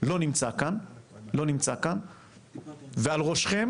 לא נמצא כאן ועל ראשכם